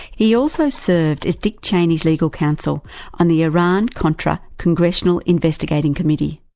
he also served as dick cheney's legal counsel on the iran contra congressional investigating committee.